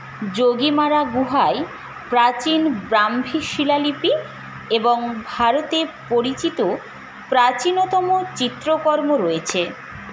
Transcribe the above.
জোগিমারা গুহায় প্রাচীন ব্রাহ্মী শিলালিপি এবং ভারতে পরিচিত প্রাচীনতম চিত্রকর্ম রয়েছে